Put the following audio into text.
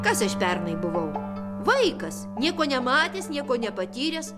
kas aš pernai buvau vaikas nieko nematęs nieko nepatyręs